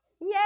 Yay